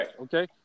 okay